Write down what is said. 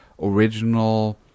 original